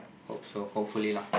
hope so hopefully lah